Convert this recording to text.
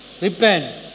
Repent